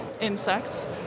insects